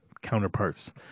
counterparts